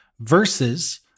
versus